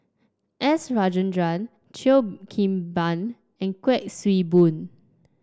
S Rajendran Cheo Kim Ban and Kuik Swee Boon